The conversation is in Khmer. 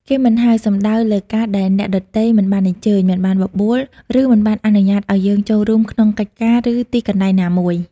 គេមិនហៅ សំដៅលើការដែលអ្នកដទៃមិនបានអញ្ជើញ មិនបានបបួល ឬមិនបានអនុញ្ញាតឲ្យយើងចូលរួមក្នុងកិច្ចការ ឬទីកន្លែងណាមួយ។